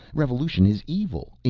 revolution is evil,